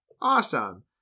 Awesome